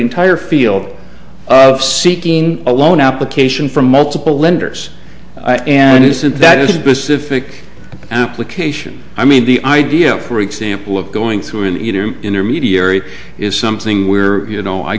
entire field of seeking a loan application from multiple lenders and it isn't that is because if it application i mean the idea for example of going through an intermediary is something where you know i